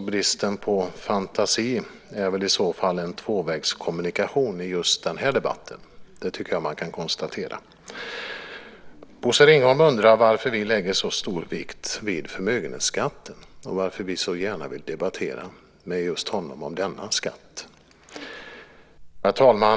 Bristen på fantasi gäller väl i så fall en tvåvägskommunikation i just den här debatten. Det tycker jag att man kan konstatera. Bosse Ringholm undrar varför vi lägger så stor vikt vid förmögenhetsskatten och varför vi så gärna vill debattera med just honom om denna skatt. Herr talman!